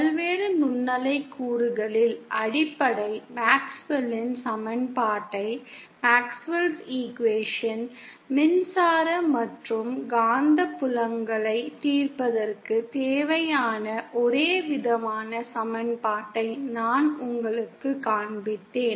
பல்வேறு நுண்ணலை கூறுகளில் அடிப்படை மேக்ஸ்வெல்லின் சமன்பாட்டைMaxwell's equation மின்சார மற்றும் காந்தப்புலங்களைத் தீர்ப்பதற்குத் தேவையான ஒரேவிதமான சமன்பாட்டை நான் உங்களுக்குக் காண்பித்தேன்